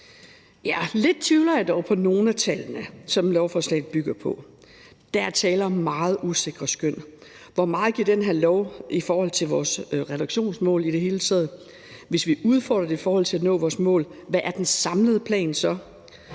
Jeg tvivler dog lidt på nogle af tallene, som lovforslaget bygger på. Der er tale om meget usikre skøn. Hvor meget giver den her lov i forhold til vores reduktionsmål i det hele taget? Hvis vi udfordrer det i forhold til at nå vores mål, hvad er den samlede plan så?